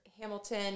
Hamilton